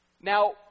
Now